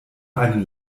einen